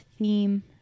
theme